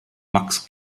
max